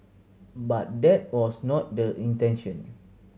but that was not the intention